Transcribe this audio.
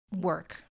work